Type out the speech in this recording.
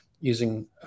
using